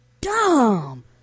dumb